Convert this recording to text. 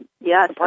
Yes